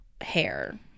hair